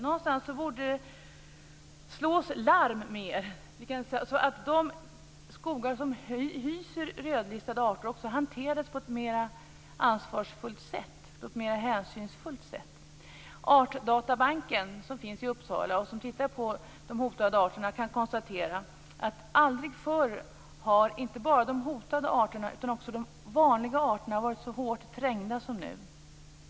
Någonstans borde det slås larm, så att de skogar som hyser rödlistade arter också hanteras på ett mer ansvarsfullt och hänsynsfullt sätt. Artdatabanken, som finns i Uppsala och som tittar på de hotade arterna, kan konstatera att inte bara de hotade arterna utan även de vanliga arterna aldrig förr har varit så hårt trängda som nu.